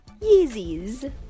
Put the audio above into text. Yeezys